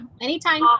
anytime